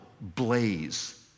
blaze